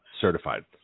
certified